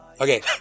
Okay